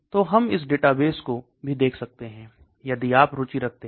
तो हम इस डेटाबेस को भी देख सकते हैं यदि आप रुचि रखते हैं